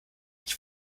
ich